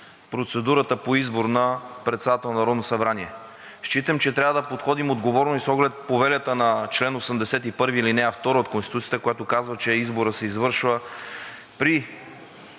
процедурата по избор на председател на Народното събрание. Считам, че трябва да подходим отговорно и с оглед повелята на чл. 81, ал. 2 от Конституцията, която казва, че изборът се извършва при